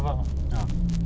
tak lah but